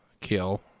kill